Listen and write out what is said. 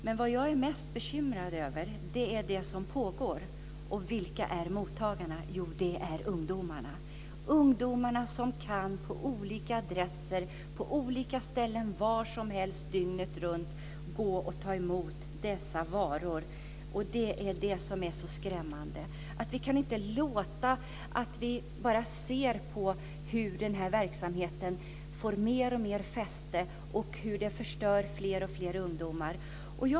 Men vad jag är mest bekymrad över är det som pågår. Och vilka är mottagarna? Jo, det är ungdomar. De kan på olika adresser, var som helst, dygnet runt hämta dessa varor. Det är detta som är så skrämmande. Vi kan inte bara se på hur denna verksamhet får starkare fäste och hur den förstör fler och fler ungdomar.